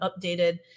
updated